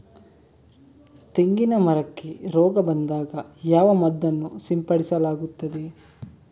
ತೆಂಗಿನ ಮರಕ್ಕೆ ರೋಗ ಬಂದಾಗ ಯಾವ ಮದ್ದನ್ನು ಸಿಂಪಡಿಸಲಾಗುತ್ತದೆ?